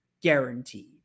guaranteed